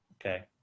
Okay